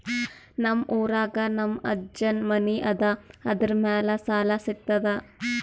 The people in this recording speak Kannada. ನಮ್ ಊರಾಗ ನಮ್ ಅಜ್ಜನ್ ಮನಿ ಅದ, ಅದರ ಮ್ಯಾಲ ಸಾಲಾ ಸಿಗ್ತದ?